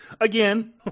Again